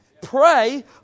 Pray